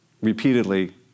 repeatedly